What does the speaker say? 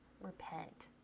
repent